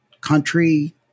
country